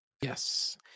Yes